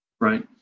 Right